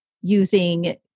using